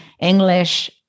English